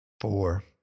Four